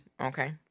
Okay